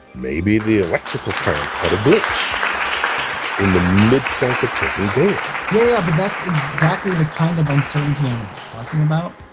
maybe the electrical current had a glitch in the midpoint of taking data. yeah, but that's exactly the kind of uncertainty i'm talking about.